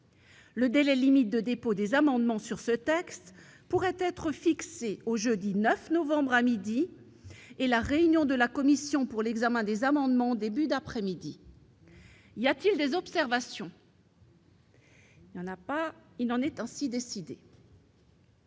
Le délai limite de dépôt des amendements sur ce texte pourrait être fixé au jeudi 9 novembre, à midi, et la réunion de la commission pour l'examen des amendements, au début d'après-midi. Y a-t-il des observations ?... Il en est ainsi décidé.